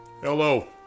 Hello